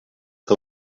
que